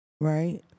right